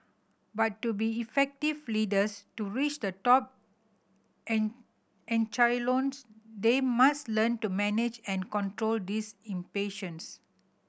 but to be effective leaders to reach the top echelons they must learn to manage and control this impatience